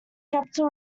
capitol